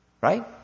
Right